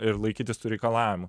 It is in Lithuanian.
ir laikytis tų reikalavimų